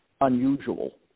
unusual